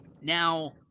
now